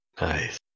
Nice